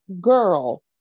girl